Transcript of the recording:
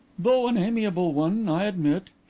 though an amiable one, i admit.